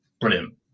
Brilliant